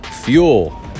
fuel